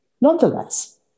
Nonetheless